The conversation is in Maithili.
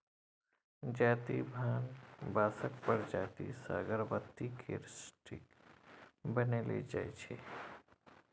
जाति भान बाँसक प्रजाति सँ अगरबत्ती केर स्टिक बनाएल जाइ छै